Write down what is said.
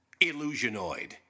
Illusionoid